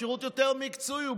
לשירות יותר מקצועי.